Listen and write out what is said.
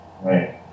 Right